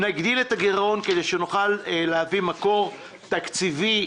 נגדיל את הגירעון כדי שנוכל להביא מקור תקציבי אמין,